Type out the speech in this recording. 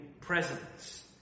presence